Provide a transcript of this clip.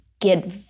get